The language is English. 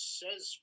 says